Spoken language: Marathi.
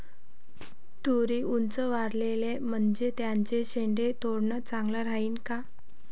तुरी ऊंच वाढल्या म्हनजे त्याचे शेंडे तोडनं चांगलं राहीन का?